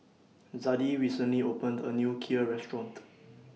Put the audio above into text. Zadie recently opened A New Kheer Restaurant